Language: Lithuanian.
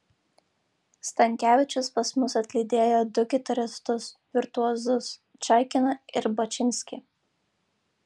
stankevičius pas mus atlydėjo du gitaristus virtuozus čaikiną ir bačinskį